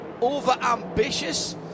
over-ambitious